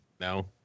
No